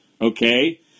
okay